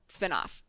spinoff